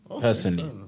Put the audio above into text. personally